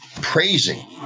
praising